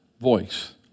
voice